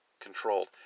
controlled